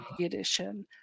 Edition